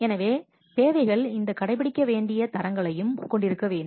எனவே தேவைகள் இந்த கடைபிடிக்க வேண்டிய தரங்களையும் கொண்டிருக்க வேண்டும்